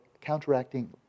counteracting